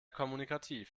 kommunikativ